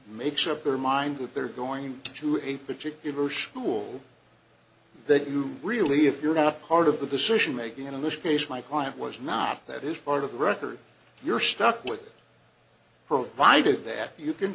makes up their mind that they're going to a particular shool that you really if you got a part of the decision making in english case my client was not that is part of the record you're stuck with provided that you can